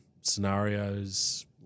scenarios